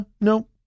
No